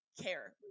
care